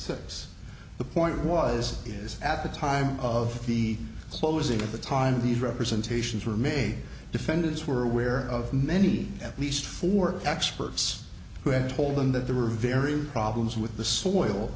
six the point was is at the time of the closing at the time of these representations were made defendants were aware of many at least for experts who had told them that there were very problems with the soil